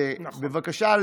בבקשה,